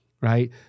Right